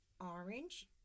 orange